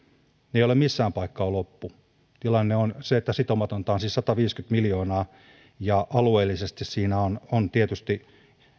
ne eivät ole missään paikassa loppu tilanne on se että sitomatonta on siis sataviisikymmentä miljoonaa ja alueellisesti on on tietysti